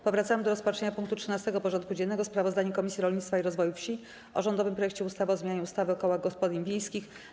Powracamy do rozpatrzenia punktu 13. porządku dziennego: Sprawozdanie Komisji Rolnictwa i Rozwoju Wsi o rządowym projekcie ustawy o zmianie ustawy o kołach gospodyń wiejskich.